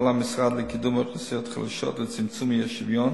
המשרד לקידום אוכלוסיות חלשות ולצמצום האי-שוויון.